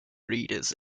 readers